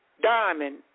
Diamond